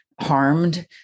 harmed